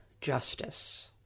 Justice